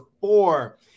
four